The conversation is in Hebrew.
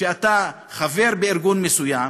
שאתה חבר בארגון מסוים,